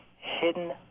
hidden